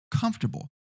comfortable